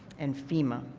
and fema.